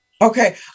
okay